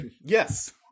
Yes